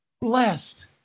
blessed